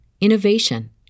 innovation